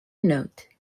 note